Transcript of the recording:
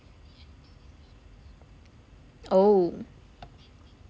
oh